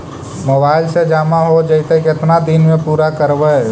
Mobile से जामा हो जैतय, केतना दिन में पुरा करबैय?